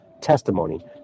testimony